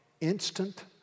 instant